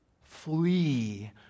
flee